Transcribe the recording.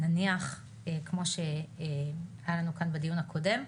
נניח כמו שהיה לנו כאן בדיון הקודם,